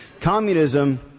communism